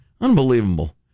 Unbelievable